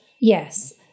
Yes